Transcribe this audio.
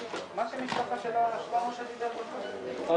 הישיבה ננעלה בשעה 13:30.